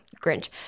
Grinch